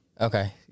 Okay